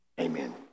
Amen